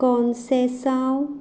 कॉन्सॅसांव